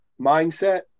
mindset